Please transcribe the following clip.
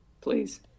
please